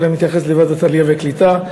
אבל אני מתייחס לוועדת העלייה והקליטה.